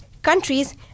Countries